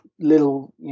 little